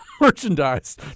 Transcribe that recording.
merchandise